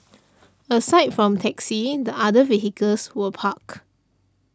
aside from taxi the other vehicles were parked